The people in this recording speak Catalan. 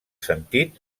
sentit